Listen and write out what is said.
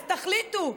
אז תחליטו.